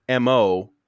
Mo